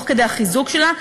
תוך כדי החיזוק שלה,